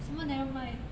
什么 nevermind